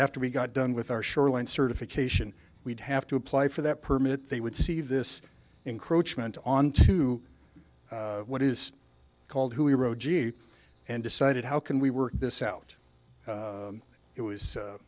after we got done with our shoreline certification we'd have to apply for that permit they would see this encroachments on to what is called who we rode and decided how can we work this out it was